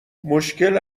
مشکل